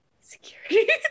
Security